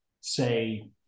say